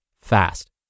fast